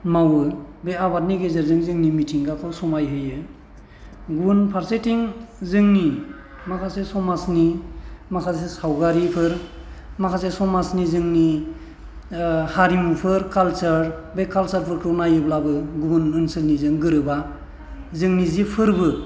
मावो बे आबादनि गेजेरजों जोंनि मिथिंगाखौ समायहोयो गुबुन फारसेथिं जोंनि माखासे समाजनि माखासे सावगारिफोर माखासे समाजनि जोंनि हारिमुफोर काल्चार बे काल्चारफोरखौ नायोब्लाबो गुबुन ओनसोलनिजों गोरोबा जोंनि जि फोरबो